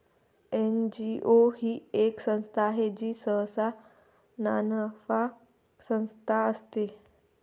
NGO ही एक संस्था आहे जी सहसा नानफा संस्था असते